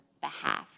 behalf